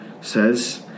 says